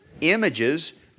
images